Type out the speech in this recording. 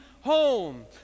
home